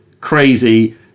crazy